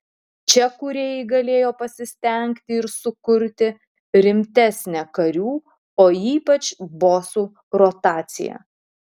čia kūrėjai galėjo pasistengti ir sukurti rimtesnę karių o ypač bosų rotaciją